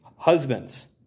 Husbands